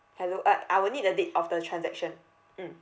hello uh I will need the date of the transaction mm